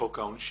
הם עוד לא